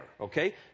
okay